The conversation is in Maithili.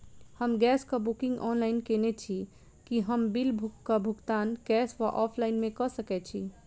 हम गैस कऽ बुकिंग ऑनलाइन केने छी, की हम बिल कऽ भुगतान कैश वा ऑफलाइन मे कऽ सकय छी?